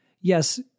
yes